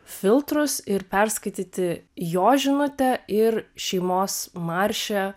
filtrus ir perskaityti jo žinutę ir šeimos marše